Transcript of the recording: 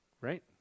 Right